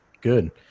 Good